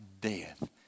death